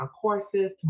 courses